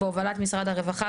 בהובלת משרד הרווחה,